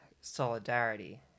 solidarity